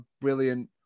brilliant